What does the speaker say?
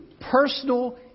personal